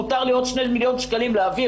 מותר לי עוד 2 מיליון שקלים להעביר